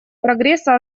прогресса